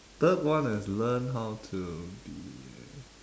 third one is learn how to be